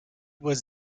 was